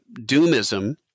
doomism